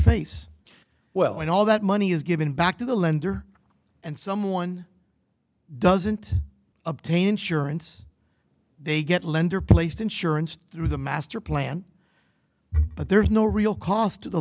face well and all that money is given back to the lender and someone doesn't obtain insurance they get lender placed insurance through the master plan but there's no real cost to the